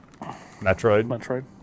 Metroid